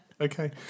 okay